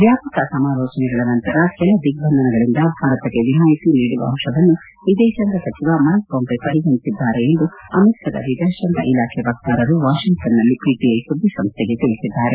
ವ್ಠಾಪಕ ಸಮಾಲೋಚನೆಗಳ ನಂತರ ಕೆಲ ದಿಗ್ನಂಧನಗಳಿಂದ ಭಾರತಕ್ಕೆ ವಿನಾಯಿತಿ ನೀಡುವ ಅಂಶವನ್ನು ವಿದೇಶಾಂಗ ಸಚಿವ ಮೈಕ್ ಮೊಂಪೆ ಪರಿಗಣಿಸಿದ್ದಾರೆ ಎಂದು ಅಮೆರಿಕದ ವಿದೇಶಾಂಗ ಇಲಾಖೆ ವಕ್ತಾರರು ವಾಷ್ಷಿಂಗ್ಟನ್ನಲ್ಲಿ ಪಿಟಿಐ ಸುದ್ದಿ ಸಂಸ್ಥೆಗೆ ತಿಳಿಸಿದ್ದಾರೆ